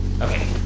Okay